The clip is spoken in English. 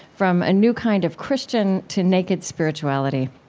from a new kind of christian to naked spirituality.